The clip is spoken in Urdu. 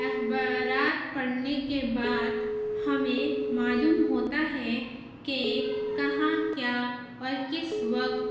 اخبارات پڑھنے کے بات ہمیں معلوم ہوتا ہے کہ کہاں کیا اور کس وقت